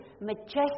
majestic